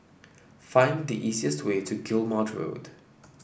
find the easiest way to Guillemard Road